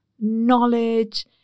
knowledge